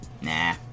Nah